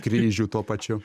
kryžių tuo pačiu